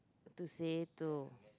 to say to